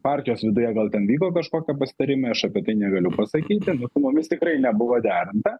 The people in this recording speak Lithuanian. partijos viduje gal ten vyko kažkokie pasitarimai aš apie tai negaliu pasakyti nu su mumis tikrai nebuvo derinta